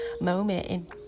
moment